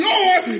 Lord